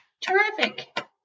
terrific